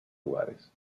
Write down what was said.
lugares